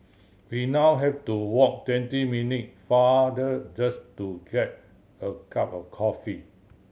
we now have to walk twenty minute farther just to get a cup of coffee